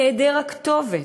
היעדר הכתובת,